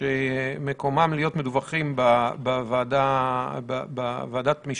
מסוימות שמקומן להיות מדווחות לוועדה משנה,